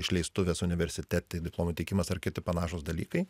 išleistuvės universitetai diplomų teikimas ar kiti panašūs dalykai